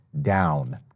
down